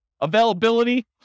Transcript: Availability